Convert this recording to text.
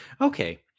Okay